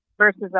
versus